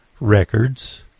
Records